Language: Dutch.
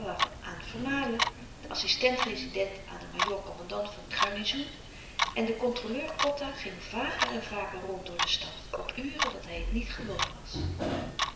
den assistent-rezident aan den majoor kommandant van het garnizoen en de controleur kotta ging vaker en vaker rond door de stad op uren dat hij het niet gewoon was